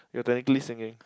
you are technically singing